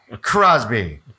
Crosby